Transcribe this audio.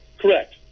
Correct